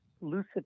lucid